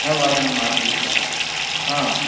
नववादनमासीत् हा